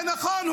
זה נכון.